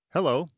Hello